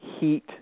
heat